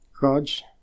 God's